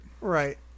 right